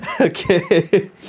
Okay